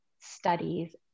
studies